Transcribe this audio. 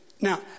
Now